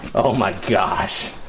oh my gosh